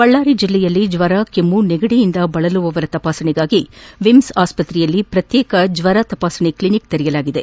ಬಳ್ಳಾರಿ ಜಿಲ್ಲೆಯಲ್ಲಿ ಜ್ವರ ಕೆಮ್ನು ನೆಗಡಿಯಿಂದ ಬಳಲುವವರ ತಪಾಸಣೆಗಾಗಿ ವಿಮ್ಮ್ ಆಸ್ಪತ್ರೆಯಲ್ಲಿ ಪ್ರತ್ಯೇಕ ಫೀವರ್ ಕ್ಷಿನಿಕ್ ಆರಂಭಿಸಲಾಗಿದೆ